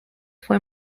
fue